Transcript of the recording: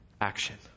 action